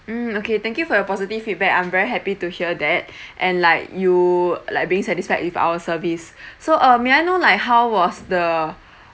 mm okay thank you for your positive feedback I'm very happy to hear that and like you like being satisfied with our service so uh may I know like how was the